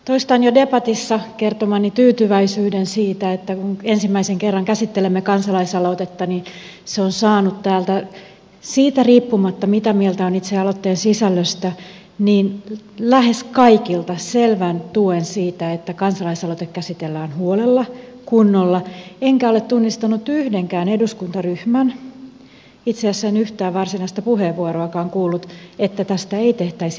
toistan jo debatissa kertomani tyytyväisyyden siitä että kun ensimmäisen kerran käsittelemme kansalaisaloitetta niin se on saanut täältä siitä riippumatta mitä mieltä on itse aloitteen sisällöstä lähes kaikilta selvän tuen sille että kansalaisaloite käsitellään huolella kunnolla enkä ole tunnistanut yhdenkään eduskuntaryhmän kannattavan sitä itse asiassa en yhtään varsinaista puheenvuoroakaan kuullut että tästä ei tehtäisi mietintöä